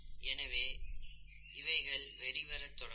எனவே இவைகள் வெளிவரத் தொடங்கும்